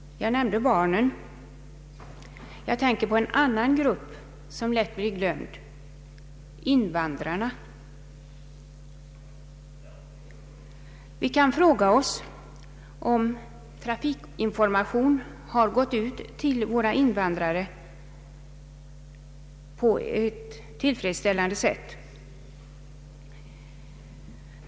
Jag nämnde barnen, men jag tänker också på en annan grupp som lätt blir glömd — invandrarna. Har trafikinformation gått ut till våra invandrare på ett tillfredsställande sätt?